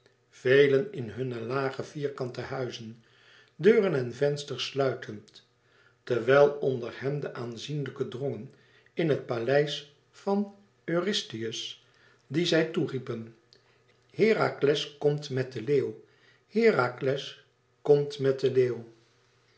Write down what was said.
velen in hunne lage vierkante huizen deuren en vensters sluitend terwijl onder hen de aanzienlijken drongen in het paleis van eurystheus dien zij toe riepen herakles komt met den leeuw herakles komt met den leeuw